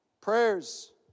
prayers